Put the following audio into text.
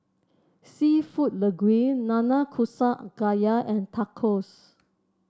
seafood Linguine Nanakusa Gayu and Tacos